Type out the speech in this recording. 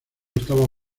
estaba